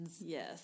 Yes